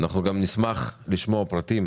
אנחנו גם נשמח לשמוע פרטים